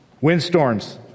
Windstorms